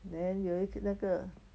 then 有一次那个